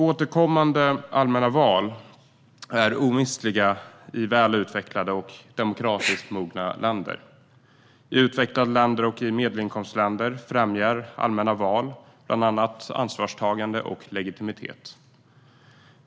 Återkommande allmänna val är omistliga i väl utvecklade och demokratiskt mogna länder. I utvecklade länder och medelinkomstländer främjar allmänna val bland annat ansvarstagande och legitimitet.